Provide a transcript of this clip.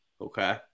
Okay